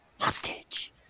hostage